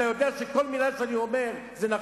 אתה יודע שכל מלה שאני אומר נכונה.